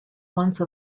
once